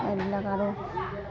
এইবিলাক আৰু